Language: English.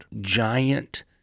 giant